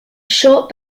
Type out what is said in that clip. short